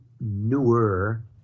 newer